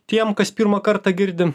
tiem kas pirmą kartą girdi